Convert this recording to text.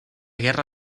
guerra